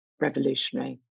revolutionary